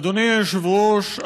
אדוני היושב-ראש,